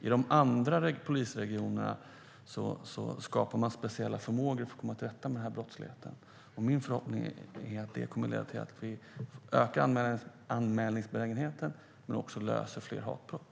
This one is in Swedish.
I de andra polisregionerna skapar man speciella förmågor för att komma till rätta med den här brottsligheten. Min förhoppning är att det kommer att öka anmälningsbenägenheten men också lösa fler hatbrott.